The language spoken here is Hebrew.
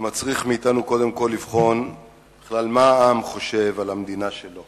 הדבר מצריך אותנו קודם כול לבחון בכלל מה העם חושב על המדינה שלו